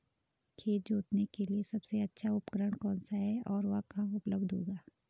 खेत जोतने के लिए सबसे अच्छा उपकरण कौन सा है और वह कहाँ उपलब्ध होगा?